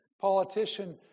politician